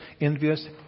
envious